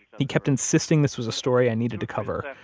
he kept insisting this was a story i needed to cover.